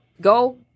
go